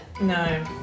No